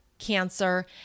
cancer